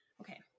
Okay